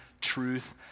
truth